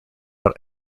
out